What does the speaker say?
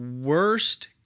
worst